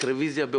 רוויזיה.